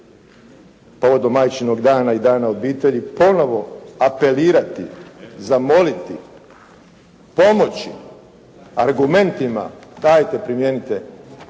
povodom Majčinog dana i Dana obitelji. Ponovo apelirati, zamoliti, pomoći argumentima: Dajte primijenite